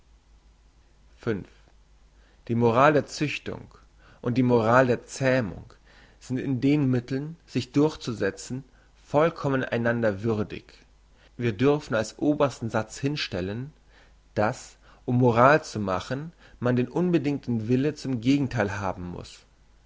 die moral der züchtung und die moral der zähmung sind in den mitteln sich durchzusetzen vollkommen einander würdig wir dürfen als obersten satz hinstellen dass um moral zu machen man den unbedingten willen zum gegentheil haben muss